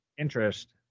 interest